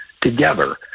together